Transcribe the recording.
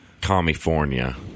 California